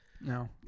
No